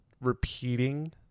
repeating